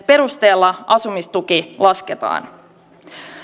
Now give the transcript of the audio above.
perusteella asumistuki lasketaan